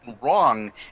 wrong